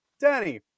danny